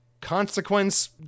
consequence